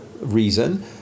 reason